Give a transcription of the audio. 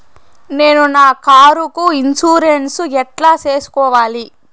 నేను నా కారుకు ఇన్సూరెన్సు ఎట్లా సేసుకోవాలి